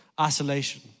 isolation